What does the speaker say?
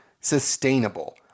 sustainable